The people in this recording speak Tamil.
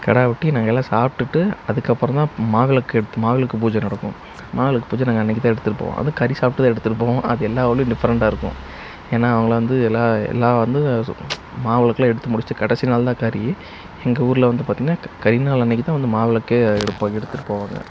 கிடா வெட்டி நாங்கல்லாம் சாப்பிட்டுட்டு அதுக்கப்புறம் தான் மாவிளக்கு எடுத் மாவிளக்கு பூஜை நடக்கும் மாவிளக்கு பூஜை நாங்கள் அன்றைக்கு தான் எடுத்திட்டுப் போவோம் அதுவும் கறி சாப்பிட்டு தான் எடுத்துட்டுப் போவோம் அது எல்லா ஊர்லேயும் டிஃபரெண்டாக இருக்கும் ஏன்னால் அவங்க வந்து எல்லாம் எல்லாம் வந்து சொ மாவிளக்கெல்லாம் எடுத்து முடித்துட்டு கடைசி நாள் தான் கறி எங்கள் ஊரில் வந்து பார்த்தீங்கன்னா க கறி நாளன்றைக்கித் தான் வந்து மாவிளக்கே எடுப்பாங்க எடுத்திட்டுப் போவாங்க